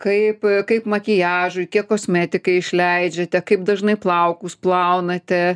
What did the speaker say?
ir kaip kaip makiažui kiek kosmetikai išleidžiate kaip dažnai plaukus plaunate